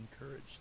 encouraged